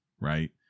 Right